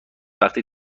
وقتی